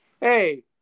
hey